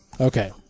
Okay